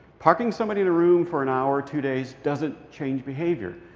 parking somebody in a room for an hour or two days doesn't change behavior.